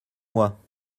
moi